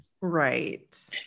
Right